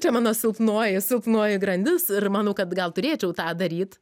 čia mano silpnoji silpnoji grandis ir manau kad gal turėčiau tą daryt